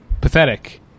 pathetic